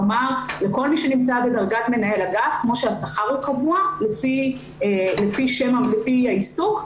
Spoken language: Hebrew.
כלומר לכל מי שנמצא בדרגת מנהל אגף כמו שהשכר הוא קבוע לפי העיסוק,